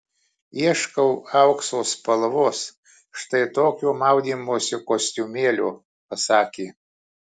ieškau aukso spalvos štai tokio maudymosi kostiumėlio pasakė